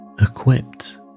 equipped